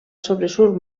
sobresurt